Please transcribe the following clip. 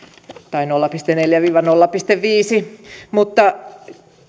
tai nolla pilkku neljä viiva nolla pilkku viisi mutta